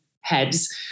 heads